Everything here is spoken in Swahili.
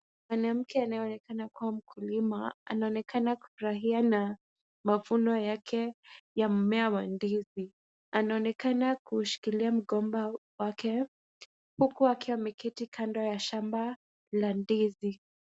Mwanamke anayeonekana kuwa mkulima anaonekana kufurahia na mavuno yake ya mmea wa ndizi anaonekana kushikilia mgomba wake huku akiwa ameketi kando ya shamba la ndizi.